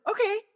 okay